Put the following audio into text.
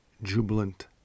jubilant